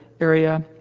area